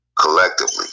collectively